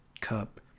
cup